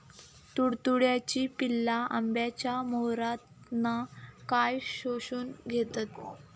तुडतुड्याची पिल्ला आंब्याच्या मोहरातना काय शोशून घेतत?